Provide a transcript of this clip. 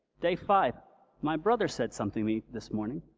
day five my brother said something this morning.